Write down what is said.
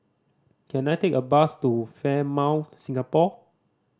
can I take a bus to Fairmont Singapore